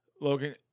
Logan